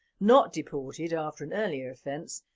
not deported after an earlier offence,